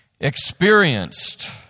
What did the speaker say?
experienced